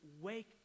wake